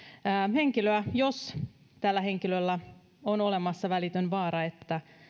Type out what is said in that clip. henkilöä jos tällä henkilöllä on olemassa välitön vaara että